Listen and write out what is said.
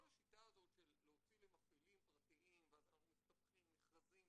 כל השיטה זאת של להוציא למפעילים פרטיים ואז אנחנו מסתבכים במכרזים,